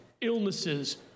illnesses